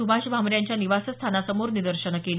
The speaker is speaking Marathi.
सुभाष भामरे यांच्या निवासस्थानासमोर निदर्शनं केली